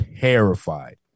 terrified